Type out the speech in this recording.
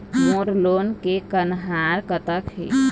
मोर loan के कन्हार कतक हे?